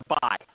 bye